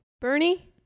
Bernie